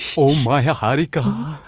oh my harika!